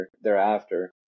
thereafter